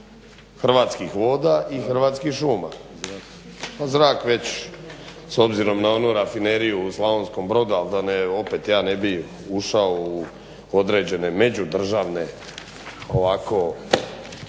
Hrvatskih voda i Hrvatskih šuma, a zrak već s obzirom na onu rafineriju u Slavonskom Brodu, ali da opet ja ne bih ušao u određene međudržavne ovako